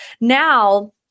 now